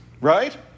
right